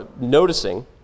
noticing